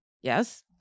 yes